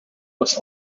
was